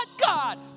God